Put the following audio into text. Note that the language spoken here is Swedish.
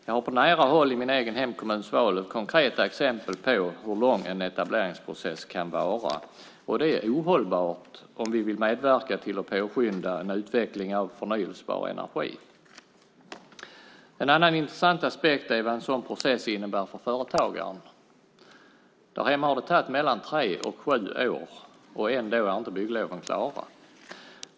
Jag har på nära håll, i min egen hemkommun Svalöv, konkreta exempel på hur lång en etableringsprocess kan vara. Det är ohållbart om vi vill medverka till och påskynda en utveckling av förnybar energi. En annan intressant aspekt är vad en sådan process innebär för företagaren. Där hemma har det tagit mellan tre och sju år, och ändå är inte byggloven klara.